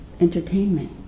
entertainment